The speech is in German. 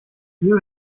wir